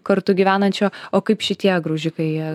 kartu gyvenančio o kaip šitie graužikai jie